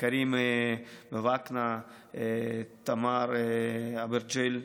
כרים בוואקנה, תמר אברז'ל.